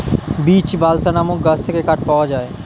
beech, balsa নামক গাছ থেকে কাঠ পাওয়া যায়